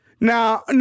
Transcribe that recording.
now